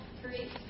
create